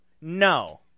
No